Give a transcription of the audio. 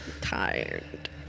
tired